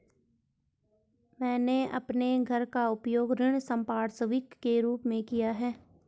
मैंने अपने घर का उपयोग ऋण संपार्श्विक के रूप में किया है